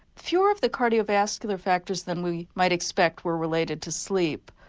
few of the cardio vascular factors than we might expect were related to sleep.